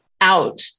out